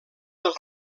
del